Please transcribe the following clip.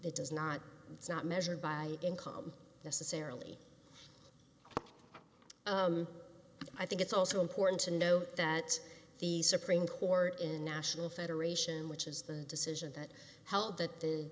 it does not it's not measured by income necessarily i think it's also important to note that the supreme court in national federation which is the decision that held that the